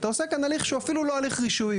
אתה עושה כאן הליך שהוא אפילו לא הליך רישוי.